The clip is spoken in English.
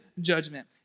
judgment